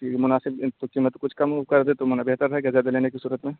کہ مناسب قیمت کچھ کم وم کر دیں تو بہتر رہے گا زیادہ لینے کی صورت میں